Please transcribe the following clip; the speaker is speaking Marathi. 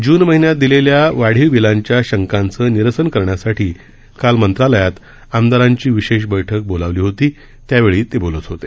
जून महिन्यात देण्यात आलेल्या वाढीव बिलांच्या शंकांचे निरसन करण्यासाठी काल मंत्रालयात आमदारांची विशेष बैठक बोलावण्यात आली होती त्यावेळी ते बोलत होते